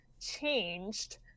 changed